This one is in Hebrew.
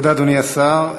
תודה, אדוני השר.